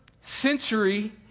century